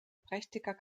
prächtiger